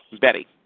Betty